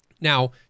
Now